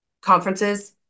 conferences